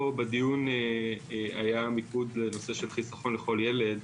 או בדיון היה המיקוד בנושא של חיסכון לכל ילד.